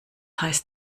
heißt